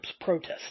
protests